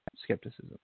skepticism